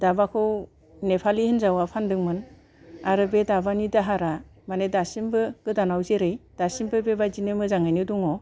दाबाखौ नेफालि हिनजावा फान्दोंमोन आरो बे दाबानि दाहारा माने दासिमबो गोदानाव जेरै दासिमबो बेबायदिनो मोजाङैनो दङ